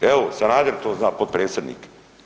Evo Sanader to zna, potpredsjednik.